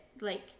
like-